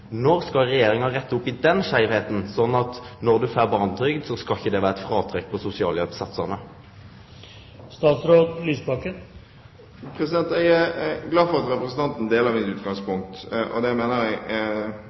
Når skal Regjeringa rette opp den skeivheita, slik at når du får barnetrygd, skal ikkje det vere eit fråtrekk på sosialhjelpssatsane? Jeg er glad for at representanten deler mitt utgangspunkt, og det mener jeg selvfølgelig at det er